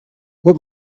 what